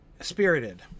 Spirited